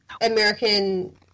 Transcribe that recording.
American